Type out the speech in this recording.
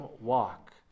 walk